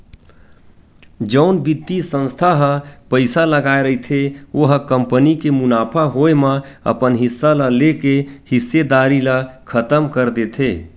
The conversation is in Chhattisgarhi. जउन बित्तीय संस्था ह पइसा लगाय रहिथे ओ ह कंपनी के मुनाफा होए म अपन हिस्सा ल लेके हिस्सेदारी ल खतम कर देथे